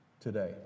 today